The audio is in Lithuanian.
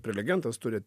prelegentas turi